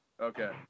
Okay